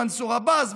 למנסור עבאס,